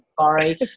sorry